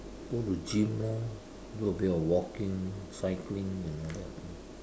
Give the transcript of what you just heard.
go to gym lor do a bit of walking cycling and all that